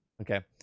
Okay